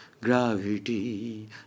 gravity